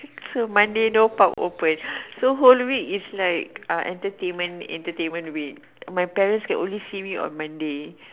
so Monday no pub open so whole week is like uh entertainment night my parents can only see me on Monday